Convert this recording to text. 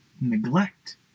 neglect